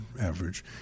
average